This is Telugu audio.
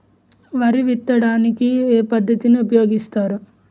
వరి విత్తడానికి ఏ పద్ధతిని ఉపయోగిస్తారు?